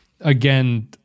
again